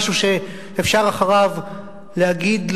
משהו שאפשר אחריו להגיד,